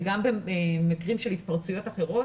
גם במקרים של התפרצויות אחרות,